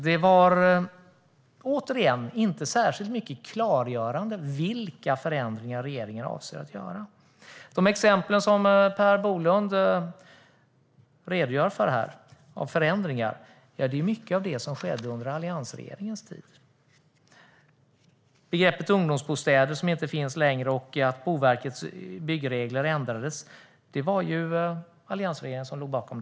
Det var återigen inte särskilt klargörande när det gäller vilka förändringar regeringen avser att göra. De exempel på förändringar som Per Bolund redogör för här är mycket av det som skedde under alliansregeringens tid. Begreppet ungdomsbostäder, som inte finns längre, och att Boverkets byggregler ändrades var det alliansregeringen som låg bakom.